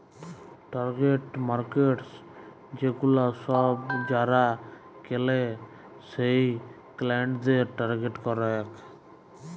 target markets সেগুলা সব যারা কেলে সেই ক্লায়েন্টদের টার্গেট করেক